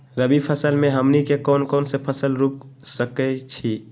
रबी फसल में हमनी के कौन कौन से फसल रूप सकैछि?